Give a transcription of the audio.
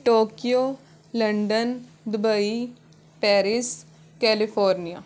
Tokyo London Dubai Paris California